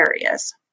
areas